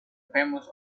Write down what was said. famous